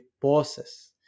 process